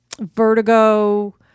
Vertigo